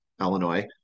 illinois